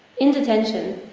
in detention,